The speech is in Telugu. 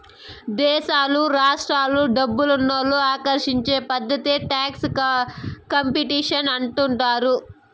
దేశాలు రాష్ట్రాలు డబ్బునోళ్ళు ఆకర్షించే పద్ధతే టాక్స్ కాంపిటీషన్ అంటుండారు